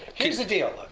here's the deal.